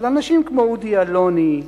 אבל אנשים כמו אודי אלוני,